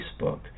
Facebook